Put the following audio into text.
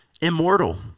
immortal